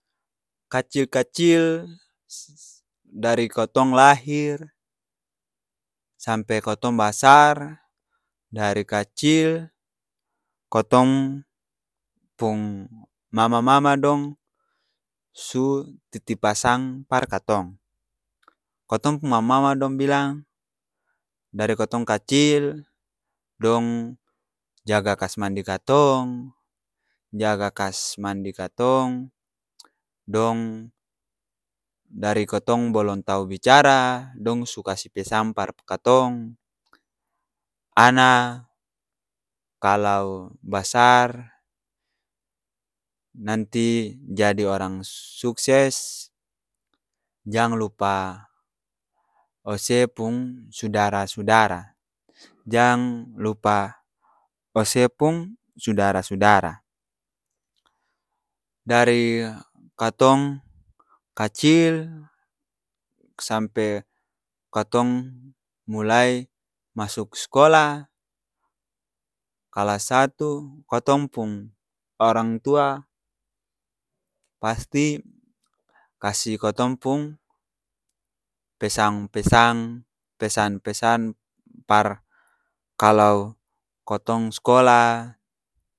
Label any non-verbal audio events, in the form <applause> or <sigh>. Kacil-kacil <noise> dari kotong lahir, sampe kotong basar dari kaci kotong pung mama-mama dong su titip pasang par katong, kotong pung mama-mama dong bilang, dari kotong kacil, dong jaga kas mandi katong jaga kas mandi katong dong dari kotong balong tau bicaraa, dong su kasi pesan par katong ana, kalau basar nanti jadi orang sukses, jang lupa ose pung' sudara-sudara, jang lupa ose pung! Sudara-sudara, dari katong kacil, sampe kotong mulai masuk s'kola kalas satu, kotong pung orang tua pasti kasi kotong pung pesang- <noise> pesang, pesan-pesan par kalau kotong s'kolaa.